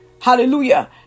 Hallelujah